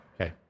okay